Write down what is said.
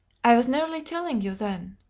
i was nearly telling you then.